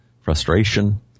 frustration